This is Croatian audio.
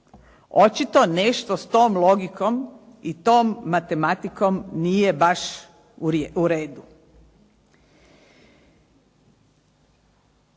Očito nešto s tom logikom i tom matematikom nije baš u redu.